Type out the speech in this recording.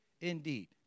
indeed